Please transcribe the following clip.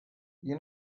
you